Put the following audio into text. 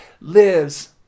lives